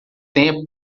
tempo